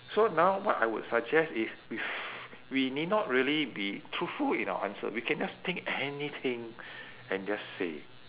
so now what I would suggest is if we need not really be truthful in our answer we can just think anything and just say